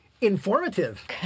Informative